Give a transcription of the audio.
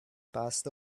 past